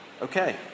okay